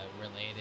related